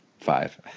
five